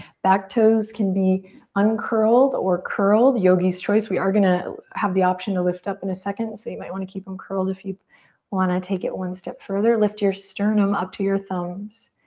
back toes can be uncurled or curled. yogi's chioce. we are gonna have the option to lift up in a second so you might want to keep em curled if you want to take it one step further. lift your sternum up to your thumbs.